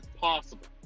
possible